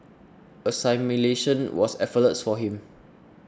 assimilation was effortless for him